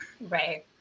right